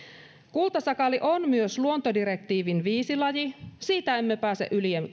kultasakaali on myös luontodirektiivin liitteen viisi laji siitä emme pääse yli